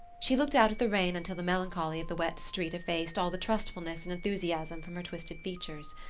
she looked out at the rain until the melancholy of the wet street effaced all the trustfulness and enthusiasm from her twisted features.